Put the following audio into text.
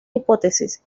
hipótesis